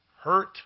Hurt